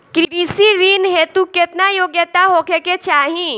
कृषि ऋण हेतू केतना योग्यता होखे के चाहीं?